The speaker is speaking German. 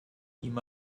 ihm